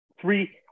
three